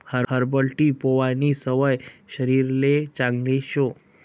herbal tea पेवानी सवय शरीरले चांगली शे